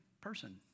person